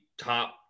top